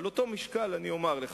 על אותו משקל אני אומר לך,